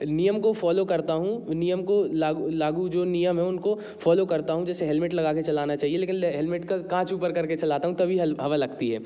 नियम को फॉलो करता हूँ नियम को लागू लागू जो नियम हैं उनको फॉलो करता हूँ जैसे हेलमेट लगाकर चलाना चाहिए लेकिन हेलमेट का काँच ऊपर करके चलाता हूँ तभी हवा लगती है